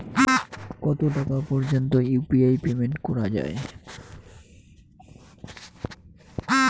কত টাকা পর্যন্ত ইউ.পি.আই পেমেন্ট করা যায়?